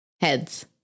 Heads